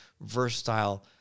versatile